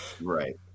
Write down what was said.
right